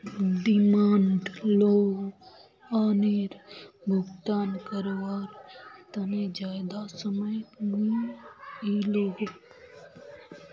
demand लोअनेर भुगतान कारवार तने ज्यादा समय नि इलोह